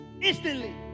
instantly